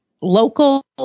local